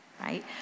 right